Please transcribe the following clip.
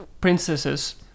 princesses